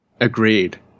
agreed